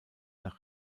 nach